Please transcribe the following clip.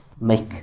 make